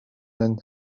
and